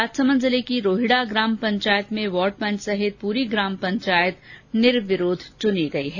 राजसमंद जिले की रोहिडा ग्राम पंचायत में वॉर्ड पंच सहित पूरी ग्राम पंचायत निर्विरोध चुनी गई है